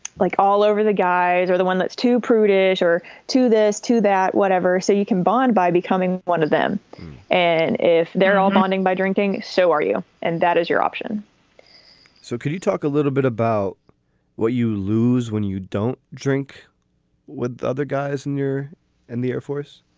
like all over the guys or the one that's too prudish or too this too that whatever so you can bond by becoming one of them and if they're all morning by drinking, so are you. and that is your option so could you talk a little bit about what you lose when you don't drink with other guys and you're in and the air force?